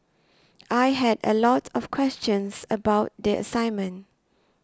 I had a lot of questions about the assignment